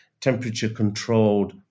temperature-controlled